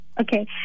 Okay